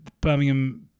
Birmingham